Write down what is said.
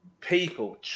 people